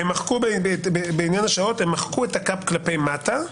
מחקו את הקאפ כלפי מטה.